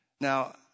Now